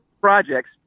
projects